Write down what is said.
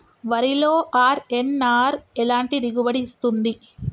వరిలో అర్.ఎన్.ఆర్ ఎలాంటి దిగుబడి ఇస్తుంది?